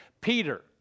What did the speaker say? Peter